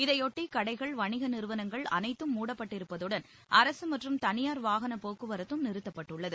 இதையொட்டி கடைகள் வணிக நிறுவனங்கள் அனைத்தும் மூடப்பட்டிருப்பதுடன் அரசு மற்றும் தனியார் வாகனப் போக்குவரத்தும் நிறுத்தப்பட்டுள்ளது